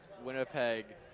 Winnipeg